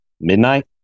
midnight